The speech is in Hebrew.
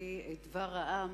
להביא את דבר העם,